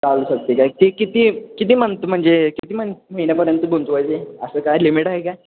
चालू शकते काय की किती किती मंथ म्हणजे किती मग महिन्यापर्यंत गुंतवायचे असं काय लिमिट आहे काय